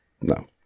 no